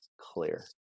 clear